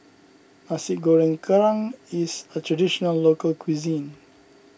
Nasi Goreng Kerang is a Traditional Local Cuisine